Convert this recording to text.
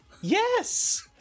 Yes